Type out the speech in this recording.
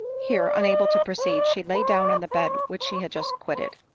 here, unable to proceed, she lay down on the bed which she had just quitted.